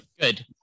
Good